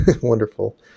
Wonderful